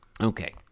Okay